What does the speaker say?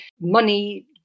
money